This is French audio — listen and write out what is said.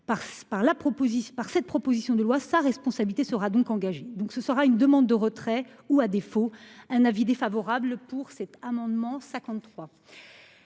par cette proposition de loi sa responsabilité sera donc engagé donc ce sera une demande de retrait ou à défaut un avis défavorable pour cet amendement. 53.